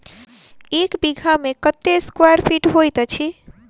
एक बीघा मे कत्ते स्क्वायर फीट होइत अछि?